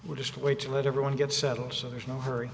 we're just way to let everyone get settled so there's no hurry